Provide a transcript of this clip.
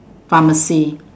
pharmacy